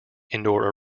indoor